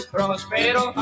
Prospero